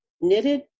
knitted